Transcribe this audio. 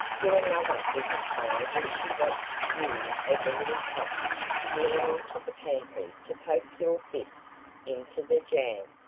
your mother was a spy when she watched you as a little tot stealing into the pantry to poke your fist into the jam.